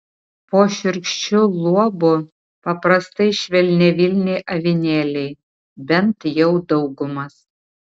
po šiurkščiu luobu paprastai švelniavilniai avinėliai bent jau daugumas